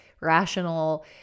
rational